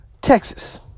Texas